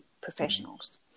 professionals